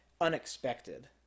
unexpected